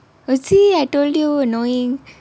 eh see I told you annoying